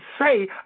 say